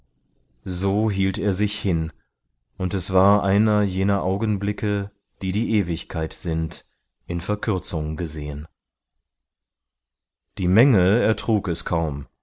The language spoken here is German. so hielt er sich hin und es war einer jener augenblicke die die ewigkeit sind in verkürzung gesehen die menge ertrug es kaum